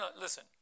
listen